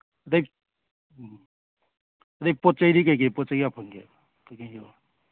ꯑꯗꯒꯤ ꯎꯝ ꯑꯗꯒꯤ ꯄꯣꯠ ꯆꯩꯗꯤ ꯀꯩꯀꯩ ꯄꯣꯠ ꯆꯩ ꯐꯪꯒꯦ ꯀꯩꯀꯩ